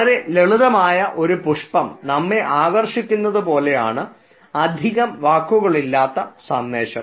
വളരെ ലളിതമായ ഒരു പുഷ്പം നമ്മെ ആകർഷിക്കുന്നത് പോലെയാണ് അധികം വാക്കുകളില്ലാത്ത സന്ദേശം